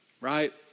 right